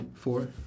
Four